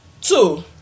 Two